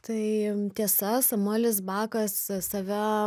tai tiesa samuelis bakas save